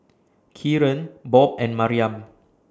Kieran Bob and Maryam